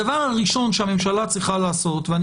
הדבר הראשון שהממשלה צריכה לעשות ואני